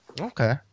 Okay